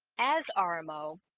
as ah rmo